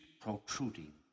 protruding